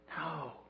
No